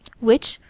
which,